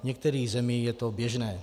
V některých zemích je to běžné.